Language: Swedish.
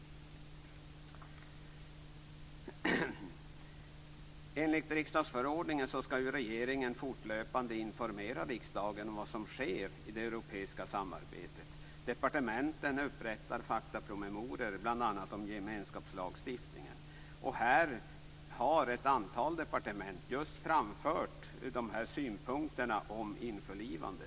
Enligt riksdagsförordningen skall regeringen fortlöpande informera riksdagen om vad som sker i det europeiska samarbetet. Departementen upprättar faktapromemorier, bl.a. om gemenskapslagstiftningen. Ett antal departement har framfört just dessa synpunkter om införlivandet.